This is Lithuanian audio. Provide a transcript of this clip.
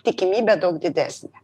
tikimybė daug didesnė